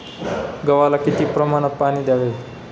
गव्हाला किती प्रमाणात पाणी द्यावे?